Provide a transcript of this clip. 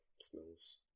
smells